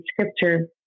scripture